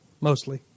Mostly